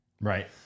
Right